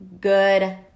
good